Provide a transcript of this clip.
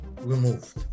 removed